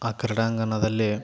ಆ ಕ್ರೀಡಾಂಗಣದಲ್ಲಿ